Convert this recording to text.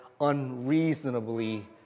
unreasonably